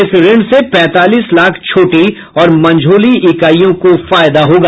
इस ऋण से पैंतालीस लाख छोटी और मझोली इकाइयों को फायदा होगा